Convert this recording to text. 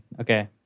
Okay